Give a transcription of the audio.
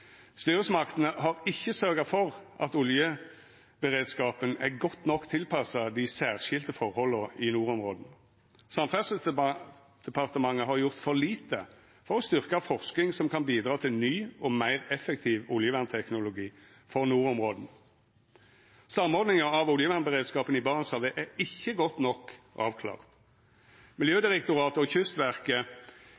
Styresmaktene har ikkje sørgt for at oljeberedskapen er godt nok tilpassa dei særskilde forholda i nordområda. Samferdselsdepartementet har gjort for lite for å styrkja forsking som kan bidra til ny og meir effektiv oljevernteknologi for nordområda. Samordninga av oljevernberedskapen i Barentshavet er ikkje godt nok avklart.